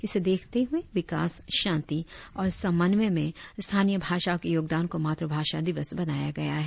इसे देखते हुए विकास शांति और समन्वय में स्थानीय भाषाओं के योगदान को मातृभाषा दिवस बनाया गया है